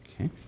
okay